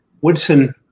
Woodson